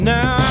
Now